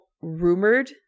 rumored